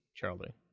Charlie